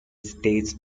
stays